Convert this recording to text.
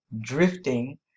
drifting